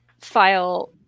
file